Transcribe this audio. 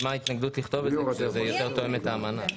מה ההתנגדות לכתוב את זה כשזה יותר תואם את האמנה?